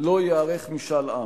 לא ייערך משאל עם,